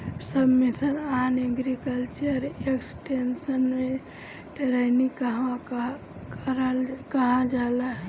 सब मिशन आन agriculture extension मै टेरेनीं कहवा कहा होला?